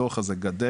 הצורך הזה גדל,